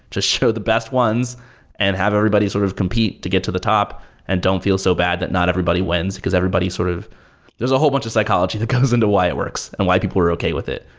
just show the best ones and have everybody sort of compete to get to the top and don't feel so bad that not everybody wins, because everybody sort of there's a whole bunch of psychology that comes into why it works and why people were okay with it.